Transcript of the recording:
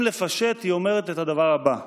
אם לפשט, היא אומרת את הדבר הבא: